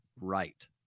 right